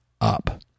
up